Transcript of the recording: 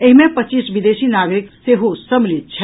एहि मे पच्चीस विदेशी नागरिक सेहो सम्मलित अछि